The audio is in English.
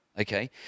Okay